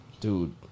Dude